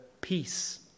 peace